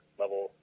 level